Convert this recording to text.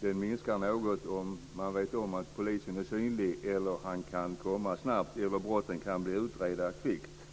minskar något om man vet om att polisen är synlig och kan komma snabbt eller om brotten kan bli utredda kvickt.